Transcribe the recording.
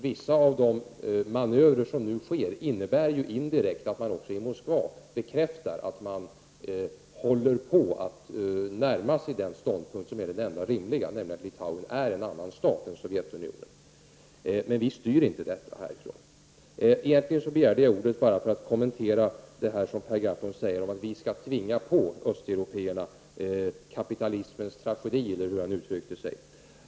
Vissa av de manövrer som nu sker innebär ju indirekt att man även i Moskva bekräftar att man håller på att närma sig den ståndpunkt som är den enda rimliga, nämligen att Litauen är en annan stat än Sovjetunionen. Men vi styr inte detta från Sverige. Egentligen begärde jag ordet för att kommentera det som Per Gahrton sade om att vi skall tvinga på östeuropéerna kapitalismens tragedi, eller hur han nu uttryckte detta.